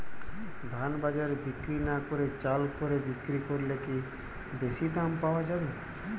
ধান বাজারে বিক্রি না করে চাল কলে বিক্রি করলে কি বেশী দাম পাওয়া যাবে?